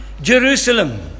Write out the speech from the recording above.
Jerusalem